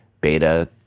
beta